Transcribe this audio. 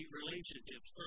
relationships